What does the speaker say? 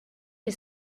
des